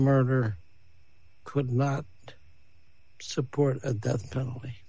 murder could not support a death penalty